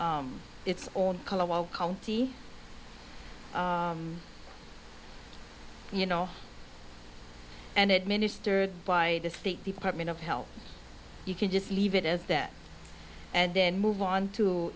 being its own county you know and it ministered by the state department of health you can just leave it as that and then move on to